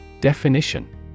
Definition